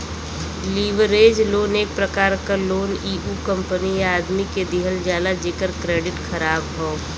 leverage loan एक प्रकार क लोन इ उ कंपनी या आदमी के दिहल जाला जेकर क्रेडिट ख़राब हौ